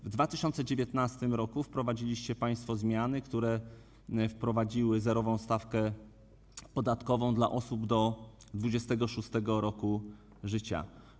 W 2019 r. wprowadziliście państwo zmiany, które wprowadziły zerową stawkę podatkową dla osób do 26. roku życia.